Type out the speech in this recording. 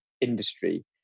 industry